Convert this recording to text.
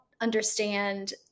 understand